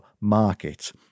market